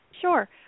Sure